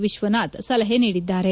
ವಿಶ್ವನಾಥ್ ಸಲಹೆ ನೀಡಿದ್ದಾರೆ